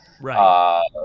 Right